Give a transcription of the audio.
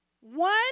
one